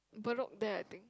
bedok there I think